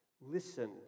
Listen